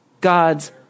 God's